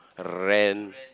rent